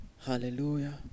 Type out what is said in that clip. Hallelujah